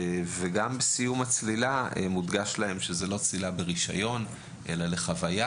גם בסיום הצלילה מודגש לצוללים שזו לא צלילה ברישיון אלא רק חוויה,